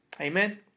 Amen